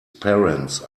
parents